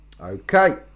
Okay